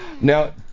Now